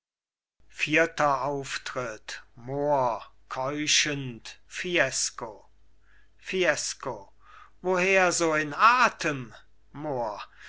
vierter auftritt mohr keuchend fiesco fiesco woher so in atem mohr